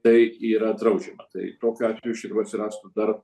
tai yra draudžiama tai tokiu atveju iš tikrųjų atsirastų dar